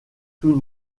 tout